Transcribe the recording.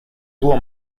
tuvo